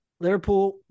Liverpool